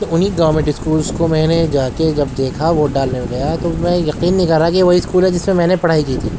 تو انہیں government schools کو میں نے جا کے جب دیکھا ووٹ ڈالنے گیا تو میں یقین نہیں کر رہا کہ وہی اسکول ہے جس میں نے پڑھائی کی تھی